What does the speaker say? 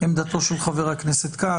לעמדתו של חה"כ כץ.